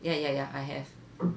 ya ya ya I have